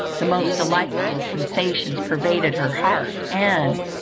the most delightful sensations pervaded her heart, and,